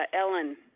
Ellen